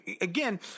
again